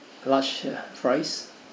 large fries